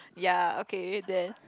ya okay then